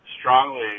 strongly